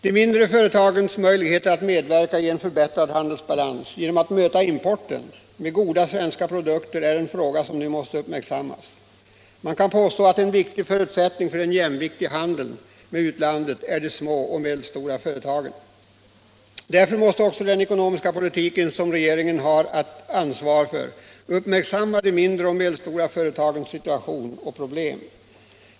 De mindre företagens möjligheter att medverka i en förbättrad handelsbalans genom att möta importen med goda svenska produkter är en fråga som nu måste uppmärksammas. Man kan påstå att en viktig förutsättning för jämvikt i handeln med utlandet är de små och medelstora företagen. Därför måste också den ekonomiska politik som regeringen har ansvar för uppmärksamma de mindre och medelstora företagens situation och problem.